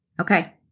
Okay